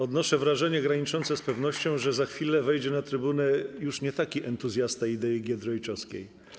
Odnoszę wrażenie graniczące z pewnością, że za chwilę wejdzie na trybunę już nie taki entuzjasta idei giedroyciowskiej.